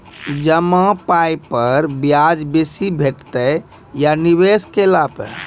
जमा पाय पर ब्याज बेसी भेटतै या निवेश केला पर?